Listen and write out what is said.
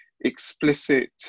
explicit